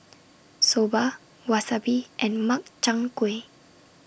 Soba Wasabi and Makchang Gui